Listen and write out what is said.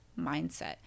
mindset